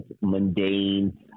mundane